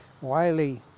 wiley